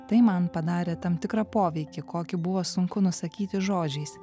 tai man padarė tam tikrą poveikį kokį buvo sunku nusakyti žodžiais